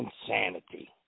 Insanity